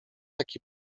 taki